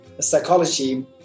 psychology